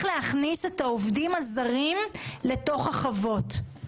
להכניס את העובדים הזרים לתוך החוות.